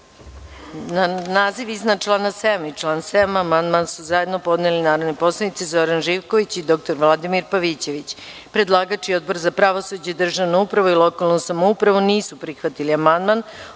naziv iznad člana 11. i član 11. amandman su zajedno podneli narodni poslanici Zoran Živković i dr Vladimir Pavićević. Predlagač i Odbor za pravosuđe, državnu upravu i lokalnu samoupravu nisu prihvatili